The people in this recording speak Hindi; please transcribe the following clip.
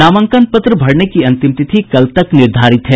नामांकन पत्र भरने की अंतिम तिथि कल तक निर्धारित है